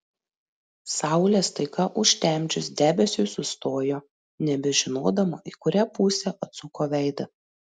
saulę staiga užtemdžius debesiui sustojo nebežinodama į kurią pusę atsuko veidą